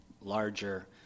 larger